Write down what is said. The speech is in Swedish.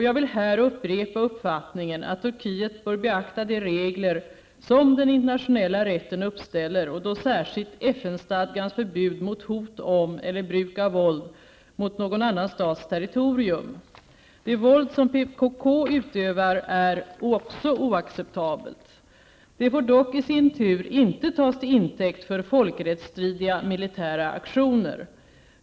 Jag vill här upprepa uppfattningen att Turkiet bör beakta de regler som den internationella rätten uppställer och då särskilt FN-stadgans förbud mot hot om eller bruk av våld mot någon annan stats territorium. Det våld som PKK utövar är också oacceptabelt. Det får dock i sin tur inte tas till intäkt för folkrättsstridiga militära aktioner.